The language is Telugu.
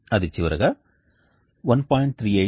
అది చివరగా 1